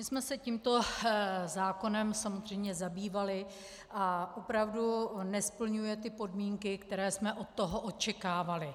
My jsme se tímto zákonem samozřejmě zabývali a opravdu nesplňuje podmínky, které jsme od toho očekávali.